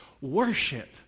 worship